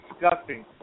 disgusting